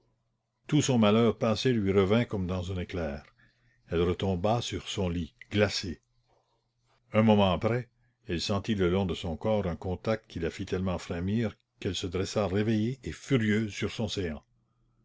tout son malheur passé lui revint comme dans un éclair elle retomba sur son lit glacée un moment après elle sentit le long de son corps un contact qui la fit tellement frémir qu'elle se dressa réveillée et furieuse sur son séant